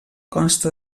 consta